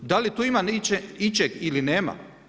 Da li tu ima ičeg ili nema?